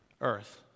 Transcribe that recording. earth